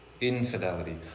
infidelity